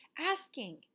asking